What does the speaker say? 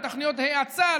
לתוכניות ההאצה,